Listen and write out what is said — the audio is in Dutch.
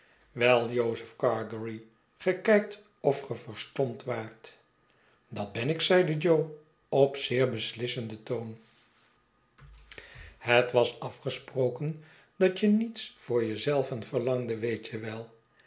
wel jozef gargery ge kijkt of ge verstomd waart dat ben ik zeide jo op zeer beslissenden toon het was afgesproken dat je niets voor je zelven verlangde weet je wel